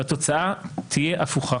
והתוצאה תהיה הפוכה,